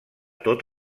tot